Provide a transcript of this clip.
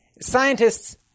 Scientists